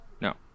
No